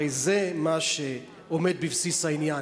הרי זה מה שעומד בבסיס העניין.